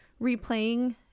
replaying